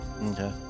Okay